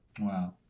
Wow